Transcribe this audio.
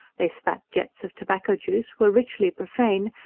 they spat jets of tobacco-juice, were richly profane,